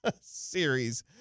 series